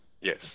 Yes